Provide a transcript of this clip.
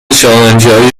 شاهنشاهی